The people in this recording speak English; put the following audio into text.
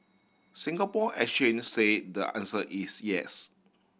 Singapore Exchange say the answer is yes